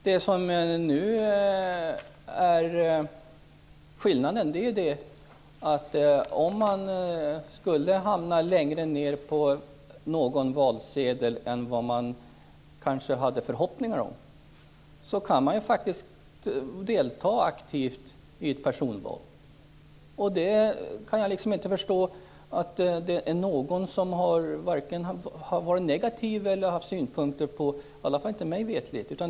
Det som är skillnaden är att om man skulle hamna längre ned på någon valsedel än vad man hade förhoppningar om kan man faktiskt aktivt delta i ett personval. Det är ingen som varit vare sig negativ eller haft synpunkter på detta, i alla fall inte mig veterligt.